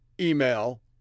email